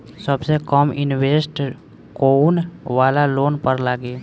सबसे कम इन्टरेस्ट कोउन वाला लोन पर लागी?